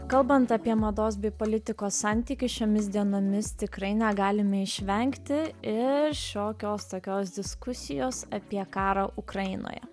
kalbant apie mados bei politikos santykį šiomis dienomis tikrai negalime išvengti ir šiokios tokios diskusijos apie karą ukrainoje